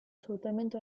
sfruttamento